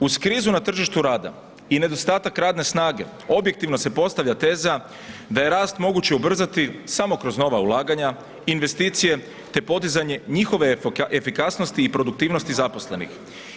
Uz krizu na tržištu rada i nedostatak radne snage, objektivno se postavlja teza, da je rast moguće ubrzati samo kroz nova ulaganja investicije te podizanje njihove efikasnosti i produktivnosti zaposlenih.